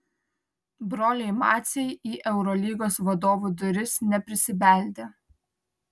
broliai maciai į eurolygos vadovų duris neprisibeldė